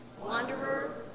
wanderer